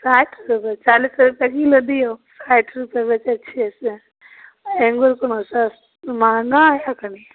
साठि रुपैए चालिस रुपैए किलो दिऔ साठि रुपैए बेचै छिए से अङ्गूर तऽ महगा अइ कनी